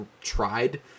tried